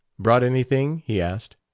brought anything? he asked.